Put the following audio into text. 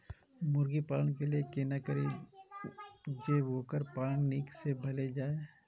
मुर्गी पालन के लिए केना करी जे वोकर पालन नीक से भेल जाय?